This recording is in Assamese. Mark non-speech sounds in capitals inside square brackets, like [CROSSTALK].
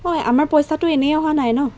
[UNINTELLIGIBLE] আমাৰ পইচাটো এনেই অহা নাই ন